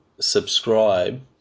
subscribe